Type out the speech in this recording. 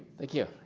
thank you.